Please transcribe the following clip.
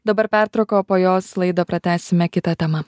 dabar pertrauka o po jos laidą pratęsime kita tema